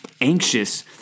anxious